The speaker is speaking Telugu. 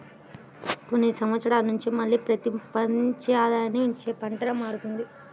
కొన్ని సంవత్సరాల నుంచి మళ్ళీ పత్తి మంచి ఆదాయాన్ని ఇచ్చే పంటగా మారుతున్నది